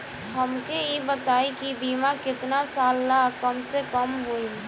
हमके ई बताई कि बीमा केतना साल ला कम से कम होई?